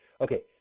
Okay